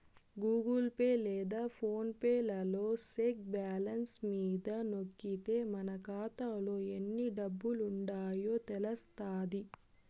Google Pay లేదా PhonePe లలో check balance మీద నొక్కితే మన కాతాలో ఎన్ని డబ్బులుండాయో తెలస్తాది